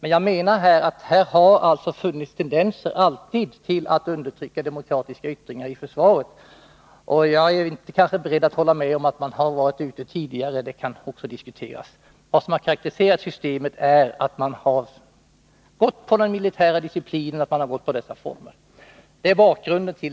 I försvaret har alltid funnits tendenser att undertrycka demokratiska yttringar. Jag är kanske inte beredd att hålla med om att man varit ute i det ärendet tidigare — det kan också diskuteras. Vad som har karakteriserat systemet är att man har hållit på den militära disciplinen. Det är bakgrunden.